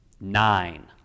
Nine